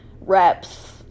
reps